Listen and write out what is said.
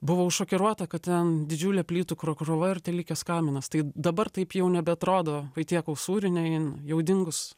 buvau šokiruota kad ten didžiulė plytų kro krūva ir telikęs kaminas tai dabar taip jau nebeatrodo vaitiekaus sūrinė jin jau dingus